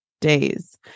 days